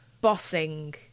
bossing